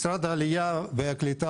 משרד הקליטה, העלייה והתפוצה,